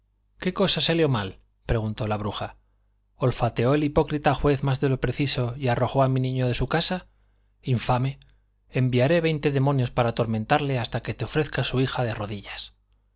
qué cosa salió mal preguntó la bruja olfateó el hipócrita juez más de lo preciso y arrojó a mi niño de su casa infame enviaré veinte demonios para atormentarle hasta que te ofrezca su hija de rodillas